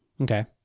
okay